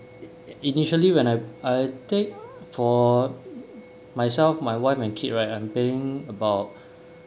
it initially when I I take for myself my wife and kid right I'm paying about